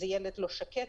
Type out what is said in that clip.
זה ילד לא שקט,